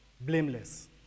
blameless